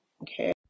Okay